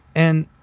and